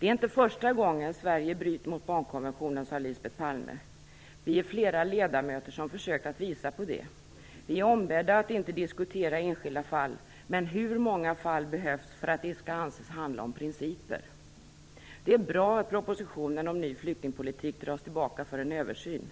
Det är inte första gången Sverige bryter mot barnkonventionen, sade Lisbet Palme. Vi är flera ledamöter som försökt att visa på det. Vi är ombedda att inte diskutera enskilda fall. Men hur många fall behövs för att det skall anses handla om principer? Det är bra att propositionen om ny flyktingpolitik dras tillbaka för en översyn.